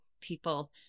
people